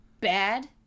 Bad